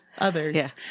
others